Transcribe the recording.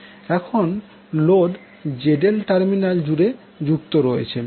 এখন load ZL terminal জুড়ে যুক্ত রয়েছে